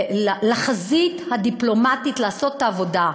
לחזית הדיפלומטית, לעשות את העבודה.